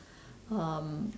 um